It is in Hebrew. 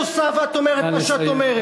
את עושה ואת אומרת מה שאת אומרת.